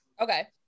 Okay